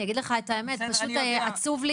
אני אגיד לך את האמת, פשוט עצוב לי